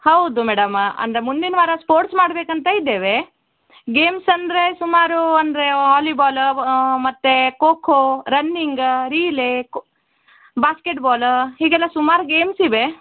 ಹೌದು ಮೇಡಮ ಅಂದರೆ ಮುಂದಿನ ವಾರ ಸ್ಪೋರ್ಟ್ಸ್ ಮಾಡಬೇಕಂತ ಇದ್ದೇವೆ ಗೇಮ್ಸ್ ಅಂದರೆ ಸುಮಾರು ಅಂದರೆ ವಾಲಿಬಾಲ ಮತ್ತು ಖೋ ಖೋ ರನ್ನಿಂಗ ರೀಲೇ ಕೊ ಬಾಸ್ಕೆಟ್ಬಾಲ ಹೀಗೆಲ್ಲ ಸುಮಾರು ಗೇಮ್ಸ್ ಇವೆ